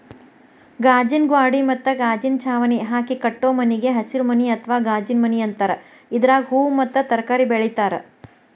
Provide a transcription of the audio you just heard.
ಗಾಜಿನ ಗ್ವಾಡಿ ಮತ್ತ ಗಾಜಿನ ಚಾವಣಿ ಹಾಕಿ ಕಟ್ಟೋ ಮನಿಗೆ ಹಸಿರುಮನಿ ಅತ್ವಾ ಗಾಜಿನಮನಿ ಅಂತಾರ, ಇದ್ರಾಗ ಹೂವು ಮತ್ತ ತರಕಾರಿ ಬೆಳೇತಾರ